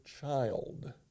child